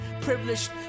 Privileged